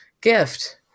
gift